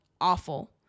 awful